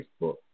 Facebook